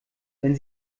wenn